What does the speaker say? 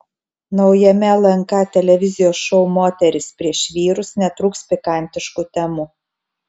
naujame lnk televizijos šou moterys prieš vyrus netrūks pikantiškų temų